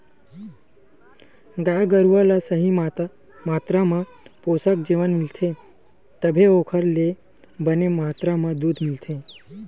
गाय गरूवा ल सही मातरा म पोसक जेवन मिलथे तभे ओखर ले बने मातरा म दूद मिलथे